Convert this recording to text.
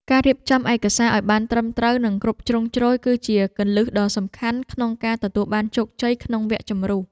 ការរៀបចំឯកសារឱ្យបានត្រឹមត្រូវនិងគ្រប់ជ្រុងជ្រោយគឺជាគន្លឹះដ៏សំខាន់ក្នុងការទទួលបានជោគជ័យក្នុងវគ្គជម្រុះ។